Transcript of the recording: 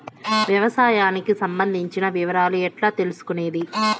వ్యవసాయానికి సంబంధించిన వివరాలు ఎట్లా తెలుసుకొనేది?